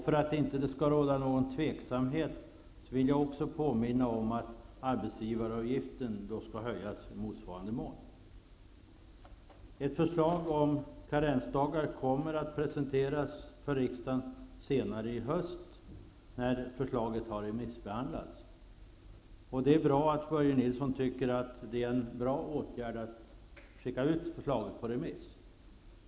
För att inte det skall råda någon tveksamhet, vill jag också påminna om att arbetsgivaravgiften skall höjas i motsvarande mån. Ett förslag om karensdagar kommer att presenteras för riksdagen senare i höst, när förslaget har remissbehandlats. Det är bra att Börje Nilsson tycker att det är en riktig åtgärd att skicka ut förslaget på remiss.